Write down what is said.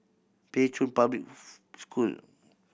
Pei Chun Public School